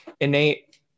innate